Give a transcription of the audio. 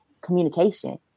communication